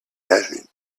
nothing